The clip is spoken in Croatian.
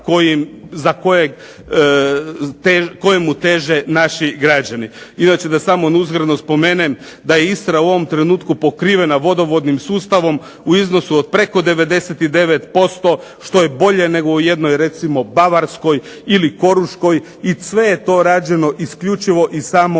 kojemu teže naši građani. Inače da samo uzgredno spomenem da je Istra u ovom trenutku pokrivena vodovodnim sustavom u iznosu od preko 99% što je bolje nego u jednoj recimo Bavarskoj ili Koruškoj i sve je to rađeno isključivo i samo